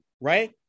right